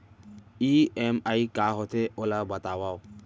EMI का होथे, ओला बतावव